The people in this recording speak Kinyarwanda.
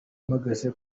mpagaze